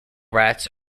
rats